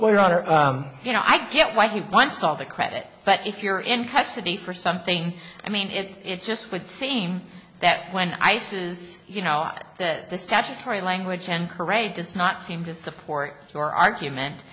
you know i get why he wants all the credit but if you're in custody for something i mean it just would seem that when i says you know that the statutory language and parade does not seem to support your argument